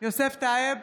יוסף טייב,